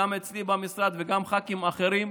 גם אצלי במשרד וגם ח"כים אחרים,